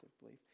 belief